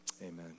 Amen